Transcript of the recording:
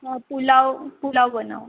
હા પુલાવ પુલાવ બનાવવો